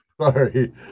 Sorry